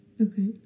Okay